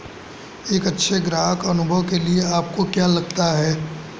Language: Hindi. एक अच्छे ग्राहक अनुभव के लिए आपको क्या लगता है?